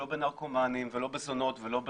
לא בנרקומנים ולא בזונות ולא בנפגעים.